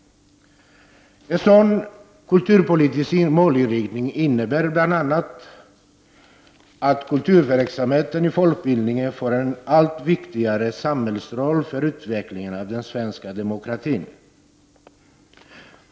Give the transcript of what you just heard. En sådan kulturpolitisk målinriktning innebär bl.a. att kulturverksamheten i folkbildningen får en allt viktigare samhällsroll för utvecklingen av den svenska demokratin.